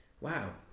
wow